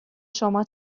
شما